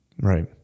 Right